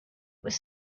was